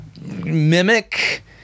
mimic